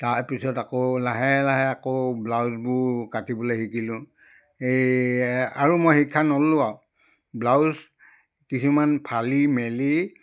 তাৰপিছত আকৌ লাহে লাহে আকৌ ব্লাউজবোৰ কাটিবলৈ শিকিলোঁ এই আৰু মই শিক্ষা নল'লোঁ আৰু ব্লাউজ কিছুমান ফালি মেলি